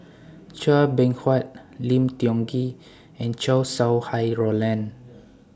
Chua Beng Huat Lim Tiong Ghee and Chow Sau Hai Roland